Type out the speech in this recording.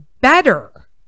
better